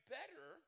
better